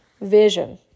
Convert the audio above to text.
vision